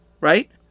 Right